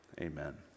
amen